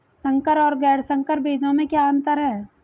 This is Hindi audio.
संकर और गैर संकर बीजों में क्या अंतर है?